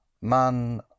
Man